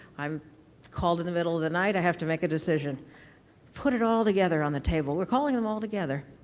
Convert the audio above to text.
i'm called in the middle of the night. i have to make a decision put it all together on the table. we're calling them all together,